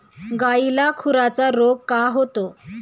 गायीला खुराचा रोग का होतो?